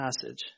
passage